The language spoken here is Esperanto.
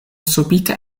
subite